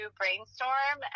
brainstorm